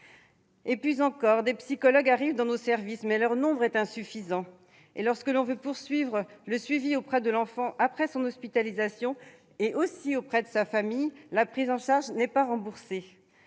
Et puis encore :« Des psychologues arrivent dans nos services, mais leur nombre est insuffisant. Et lorsque l'on veut poursuivre le suivi auprès de l'enfant après son hospitalisation et auprès de sa famille, la prise en charge n'est pas remboursée.